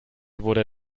wurde